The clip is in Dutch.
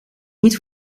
niet